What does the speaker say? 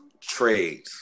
Trades